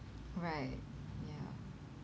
right ya